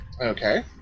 Okay